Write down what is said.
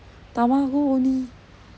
tamago only